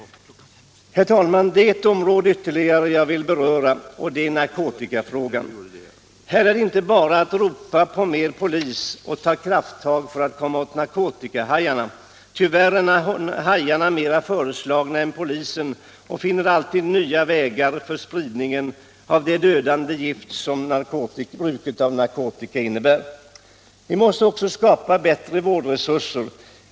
Herr talman! Det är ytterligare ett område som jag vill beröra, och det är narkotikafrågan. Här är det inte bara att ropa på mera polis och kräva krafttag för att man skall komma åt narkotikahajarna. Tyvärr är hajarna mera förslagna än polisen och finner alltid nya vägar för spridningen av det dödande gift som narkotika innebär. Vi måste också skapa bättre vårdresurser.